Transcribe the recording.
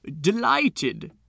delighted